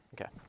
Okay